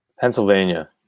Pennsylvania